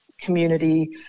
community